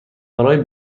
برای